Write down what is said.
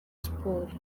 sports